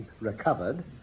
recovered